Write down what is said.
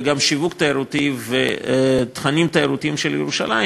וגם שיווק תיירותי ותכנים תיירותיים של ירושלים,